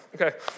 Okay